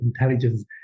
intelligence